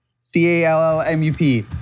C-A-L-L-M-U-P